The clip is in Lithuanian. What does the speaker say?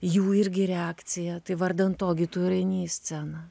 jų irgi reakciją tai vardan to gi tu ir eini į sceną